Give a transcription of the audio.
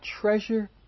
treasure